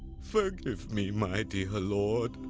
forgive me my dear lord!